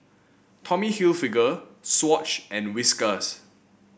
Tommy Hilfiger Swatch and Whiskas